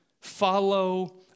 follow